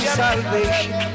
salvation